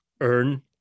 earn